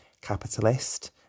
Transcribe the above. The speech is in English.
capitalist